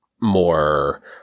more